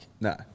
No